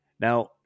Now